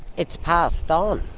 it's passed on,